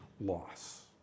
loss